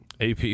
AP